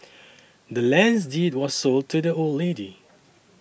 the land's deed was sold to the old lady